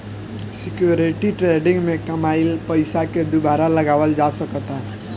security trading में कामयिल पइसा के दुबारा लगावल जा सकऽता